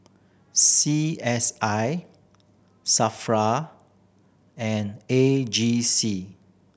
C S I SAFRA and A G C